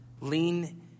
Lean